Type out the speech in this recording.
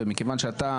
ומכיוון שאתה,